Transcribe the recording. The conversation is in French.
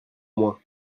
moins